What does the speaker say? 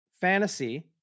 fantasy